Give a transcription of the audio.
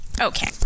Okay